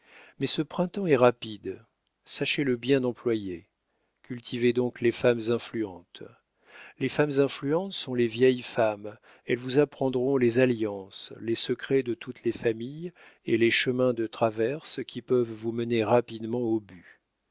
mais ce printemps est rapide sachez le bien employer cultivez donc les femmes influentes les femmes influentes sont les vieilles femmes elles vous apprendront les alliances les secrets de toutes les familles et les chemins de traverse qui peuvent vous mener rapidement au but